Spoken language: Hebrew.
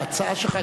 ההצעה שלך,